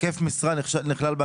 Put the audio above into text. היקף משרה נכלל?